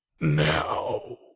now